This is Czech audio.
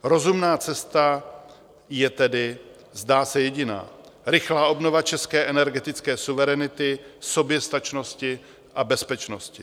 Rozumná cesta je tedy, zdá se, jediná: rychlá obnova české energetické suverenity, soběstačnosti a bezpečnosti.